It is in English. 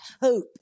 hope